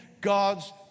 God's